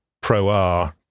Pro-R